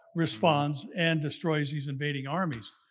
responds and destroys these invading armies.